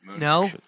No